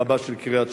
רבה של קריית-שמונה,